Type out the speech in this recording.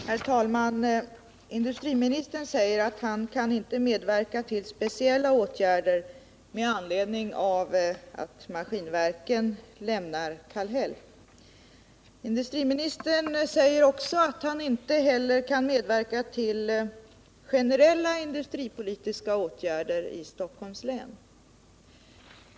Herr talman! Industriministern säger att han inte kan medverka till speciella åtgärder med anledning av att Maskinverken lämnar Kallhäll och att han inte heller kan medverka till generella industripolitiska åtgärder i Stockholms län.